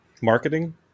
marketing